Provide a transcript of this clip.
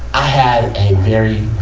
ah had a very,